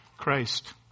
Christ